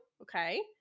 okay